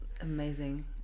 Amazing